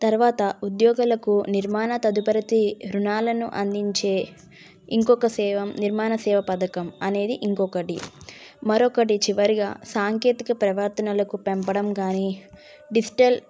తర్వాత ఉద్యోగులకు నిర్మాణ తదుపరి రుణాలను అందించే ఇంకొక సేవ నిర్మాణ సేవ పథకం అనేది ఇంకొకటి మరొకటి చివరిగా సాంకేతిక ప్రవర్తనలకు పెంపడం కానీ డిజిటల్